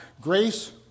Grace